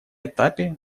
этапе